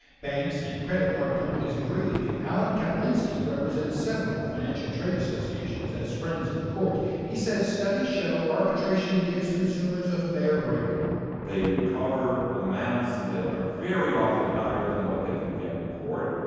banks and credit card companies agree alan kaplinsky, represents several financial trade associations as friends of the court. he says studies show arbitration gives consumers a fair break they recover amounts that are very often higher than what they can get in court.